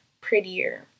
prettier